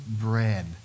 bread